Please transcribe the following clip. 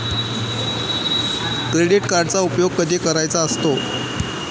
Credit कार्डचा उपयोग कधी करायचा असतो?